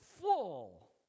full